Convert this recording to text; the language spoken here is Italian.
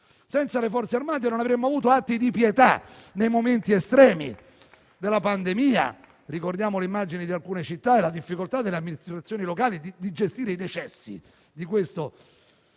senza le Forze armate non avremmo avuto atti di pietà nei momenti estremi della pandemia. Ricordiamo le immagini di alcune città e la difficoltà delle amministrazioni locali di gestire i decessi: di questo parlo